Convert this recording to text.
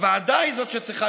הוועדה היא זו שצריכה,